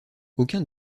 aucun